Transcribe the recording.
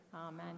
Amen